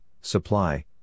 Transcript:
supply